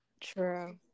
True